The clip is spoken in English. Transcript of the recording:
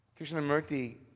Krishnamurti